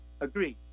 Agreed